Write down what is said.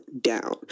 down